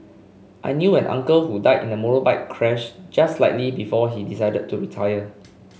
I knew an uncle who died in a motorbike crash just slightly before he decided to retire